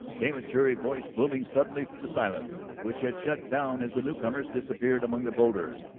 came a cheery voice booming suddenly through the silence which had shut down as the newcomers disappeared among the boulders.